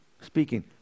Speaking